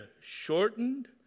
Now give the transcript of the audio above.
shortened